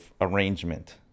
arrangement